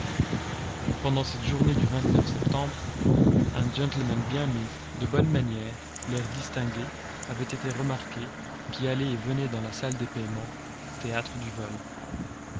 pendant cette journée du septembre un gentleman bien mis de bonnes manières l'air distingué avait été remarqué qui allait et venait dans la salle des paiements théâtre du vol